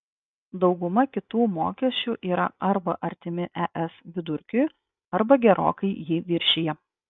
dauguma kitų mokesčių yra arba artimi es vidurkiui arba gerokai jį viršija